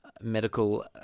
medical